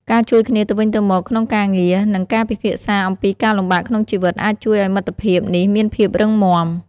ការជួយគ្នាទៅវិញទៅមកក្នុងការងារ និងការពិភាក្សាអំពីការលំបាកក្នុងជីវិតអាចជួយឲ្យមិត្តភាពនេះមានភាពរឹងមាំ។